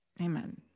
amen